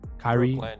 Kyrie